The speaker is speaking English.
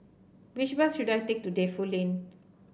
which bus should I take to Defu Lane